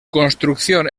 construcción